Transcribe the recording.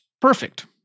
perfect